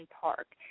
Park